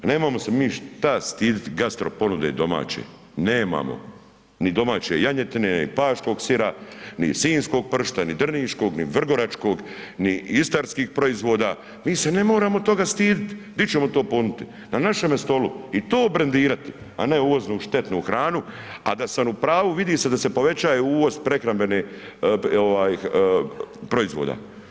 Nemamo se mi šta stidjeti gastro ponude domaće, nemamo ni domaće janjetine ni paškog sira ni sinjskog pršuta ni drniškog ni vrgoračkog ni istarskih proizvoda, mi se ne moramo toga stidjet, di ćemo to ponuditi, na našemu stolu i to brendirati a ne uvozimo štetnu hranu a da sam u pravu vidi se da se povećava uvoz prehrambenih proizvoda.